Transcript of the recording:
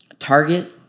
Target